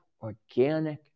organic